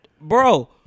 Bro